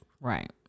Right